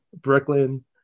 Brooklyn